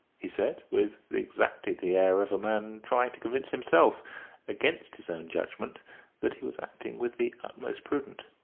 he said, with exactly the air of a man trying to convince himself against his own judgment that he was acting with the utmost prudence.